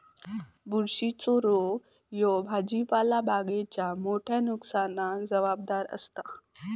बुरशीच्ये रोग ह्ये भाजीपाला बागेच्या मोठ्या नुकसानाक जबाबदार आसत